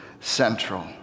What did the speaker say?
central